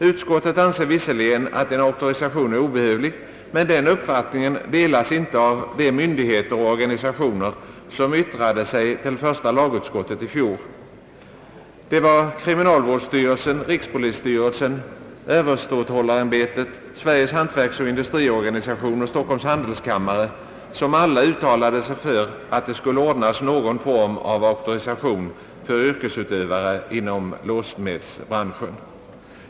Utskottet anser visserligen att en auktorisation är obehövlig, men den uppfattningen delas inte av de myndigheter och organisationer som yttrade sig till första lagutskottet i fjol. Kriminalvårdsstyrelsen, rikspolisstyrelsen, överståthållarämbetet, Sveriges hantverksoch industriorganisation och Stockholms handelskammare uttalade sig alla för att det skulle ordnas någon form av auktorisation för yrkesutövare inom låssmedsbranschen.